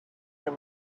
your